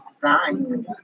design